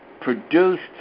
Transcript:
produced